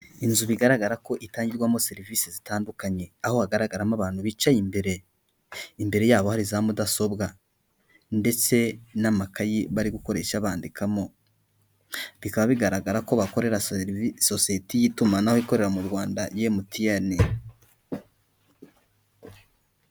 Inzu bigaragara ko itangirwamo serivisi zitandukanye, aho hagaragaramo abantu bicaye imbere, imbere yabo hari za mudasobwa ndetse n'amakayi bari gukoresha bandikamo. Bikaba bigaragara ko bakorera sosiyete y'itumanaho ikorera mu Rwanda MTN.